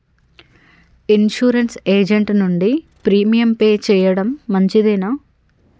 Insurance agent నుండి premium pay చేయడం మంచిదేనా?